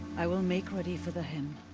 i will make ready for the hymn.